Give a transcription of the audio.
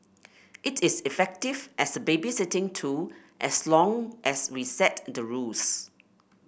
it is effective as a babysitting tool as long as we set the rules